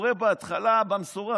בהתחלה כל דבר קורה במשורה,